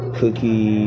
cookie